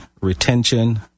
retention